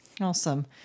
Awesome